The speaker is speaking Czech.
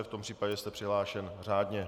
V tom případě jste přihlášen řádně.